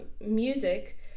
music